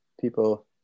people